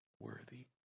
Worthy